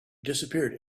disappeared